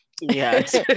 yes